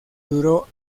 duró